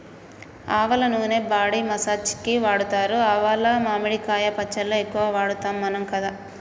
ఆవల నూనె body massage కి వాడుతారు ఆవాలు మామిడికాయ పచ్చళ్ళ ఎక్కువ వాడుతాం మనం కదా